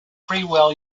freeware